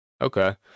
Okay